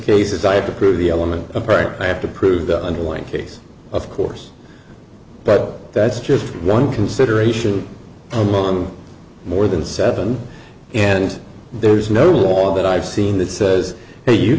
to prove the element upright i have to prove the underlying case of course but that's just one consideration i'm on more than seven and there's no wall that i've seen that says hey you